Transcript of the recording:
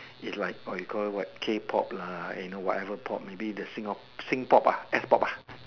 is like or you call it what K pop lah and you know whatever pop maybe the singa~ sing pop ah S pop ah